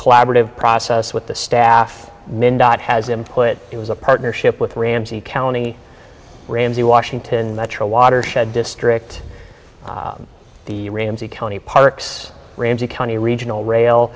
collaborative process with the staff min dot has him put it was a partnership with ramsey county ramsey washington that watershed district the ramsey county parks ramsey county regional rail